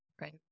Right